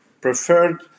preferred